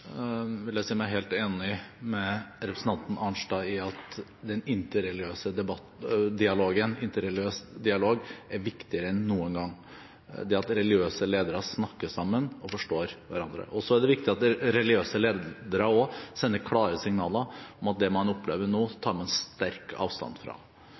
vil jeg si meg helt enig med representanten Arnstad i at interreligiøs dialog er viktigere enn noen gang, det at religiøse ledere snakker sammen og forstår hverandre. Så er det viktig at religiøse ledere også sender klare signaler om at det man opplever nå, tar man sterkt avstand fra.